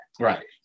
right